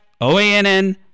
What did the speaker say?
OANN